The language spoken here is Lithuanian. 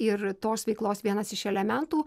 ir tos veiklos vienas iš elementų